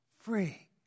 free